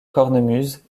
cornemuse